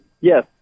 yes